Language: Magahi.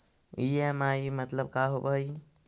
ई.एम.आई मतलब का होब हइ?